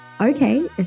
Okay